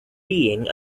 being